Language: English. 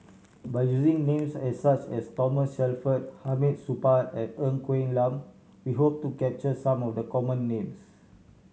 by using names such as Thomas Shelford Hamid Supaat and Ng Quee Lam we hope to capture some of the common names